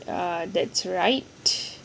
ya that's right